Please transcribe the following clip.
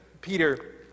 Peter